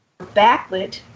backlit